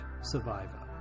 Survivor